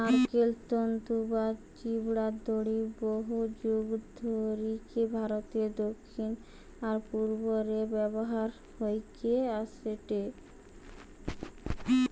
নারকেল তন্তু বা ছিবড়ার দড়ি বহুযুগ ধরিকি ভারতের দক্ষিণ আর পূর্ব রে ব্যবহার হইকি অ্যাসেটে